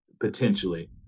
potentially